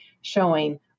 showing